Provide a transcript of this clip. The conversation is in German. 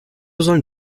sollen